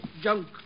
junk